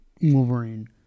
Wolverine